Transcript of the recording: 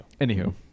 Anywho